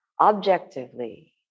objectively